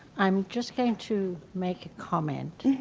i'm just going to make a comment.